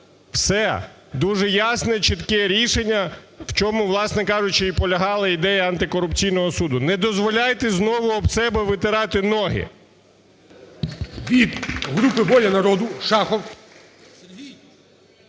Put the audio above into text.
Все. Дуже ясне і чітке рішення, в чому, власне кажучи і полягала ідея антикорупційного суду. Не дозволяйте знову об себе витирати ноги.